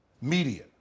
Media